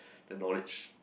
the knowledge